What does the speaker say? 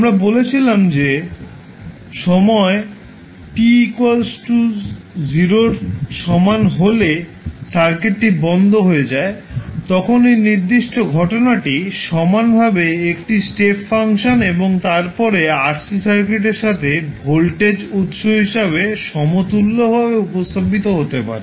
আমরা বলেছিলাম যে সময় t0 এর সমান হলে সার্কিটটি বন্ধ হয়ে যায় তখন এই নির্দিষ্ট ঘটনাটি সমানভাবে একটি স্টেপ ফাংশন এবং তারপরে RC সার্কিটের সাথে ভোল্টেজ উত্স হিসাবে সমতুল্যভাবে উপস্থাপিত হতে পারে